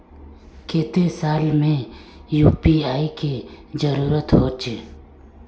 केते साल में यु.पी.आई के जरुरत होचे?